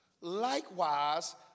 likewise